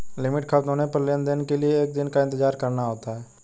limit खत्म होने पर लेन देन के लिए एक दिन का इंतजार करना होता है